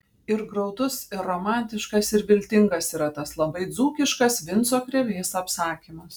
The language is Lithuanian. ir graudus ir romantiškas ir viltingas yra tas labai dzūkiškas vinco krėvės apsakymas